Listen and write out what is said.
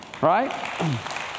right